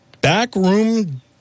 backroom